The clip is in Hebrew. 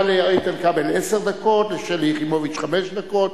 היה לאיתן כבל עשר דקות, לשלי יחימוביץ חמש דקות,